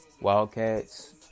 Wildcats